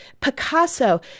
Picasso